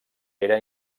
era